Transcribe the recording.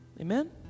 Amen